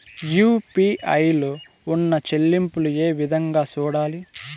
UPI లో ఉన్న చెల్లింపులు ఏ విధంగా సూడాలి